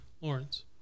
Lawrence